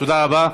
תודה רבה.